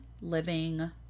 living